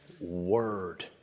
word